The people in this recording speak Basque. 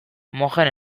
mojen